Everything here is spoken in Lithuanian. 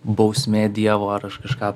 bausmė dievo ar aš kažką